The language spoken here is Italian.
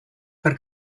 per